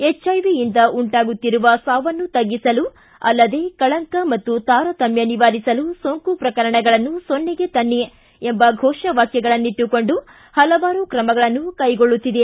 ಎಚ್ಐವಿಯಿಂದ ಉಂಟಾಗುತ್ತಿರುವ ಸಾವನ್ನು ತಗ್ಗಿಸಲು ಅಲ್ಲದೇ ಕಳಂಕ ಮತ್ತು ತಾರತಮ್ಯ ನಿವಾರಿಸಲು ಸೋಂಕು ಪ್ರಕರಣಗಳನ್ನು ಸೊನ್ನೆಗೆ ತನ್ನಿ ಎಂಬ ಘೋಷ ವಾಕ್ಯಗಳನ್ನಿಟ್ಟುಕೊಂಡು ಹಲವಾರು ಕ್ರಮಗಳನ್ನು ಕೈಗೊಳ್ಳುತ್ತಿದೆ